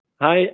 Hi